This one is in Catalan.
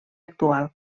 actual